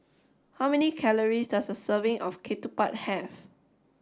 how many calories does a serving of Ketupat have